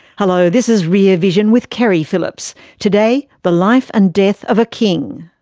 hello, this is rear vision with keri phillips. today, the life and death of a king.